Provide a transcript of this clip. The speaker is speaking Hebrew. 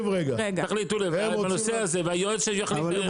תחליטו לבד בנושא הזה והיועץ --- אבל